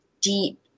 deep